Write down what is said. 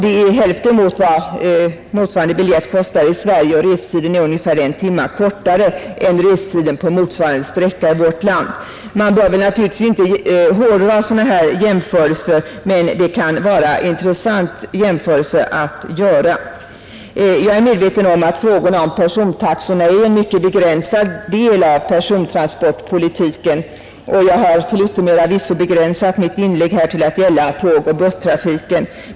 Det är hälften mot vad motsvarande biljett kostar i Sverige, och restiden är ungefär en timme kortare än på motsvarande sträcka i vårt land. Man bör väl inte hårdra en sådan jämförelse, men det kan vara intressant att göra den. Jag är medveten om att frågan om persontaxorna är en mycket begränsad del av persontransportpolitiken, och till yttermera visso har jag begränsat mitt inlägg här till att gälla tågoch busstrafiken.